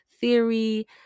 theory